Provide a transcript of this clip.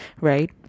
right